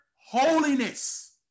holiness